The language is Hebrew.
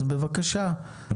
אז בבקשה,